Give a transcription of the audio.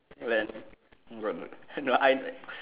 when got the you know I bet